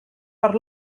per